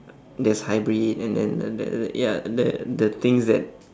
there's hybrid and then the the the ya the the things that